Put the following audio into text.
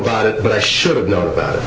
about it but i should have known about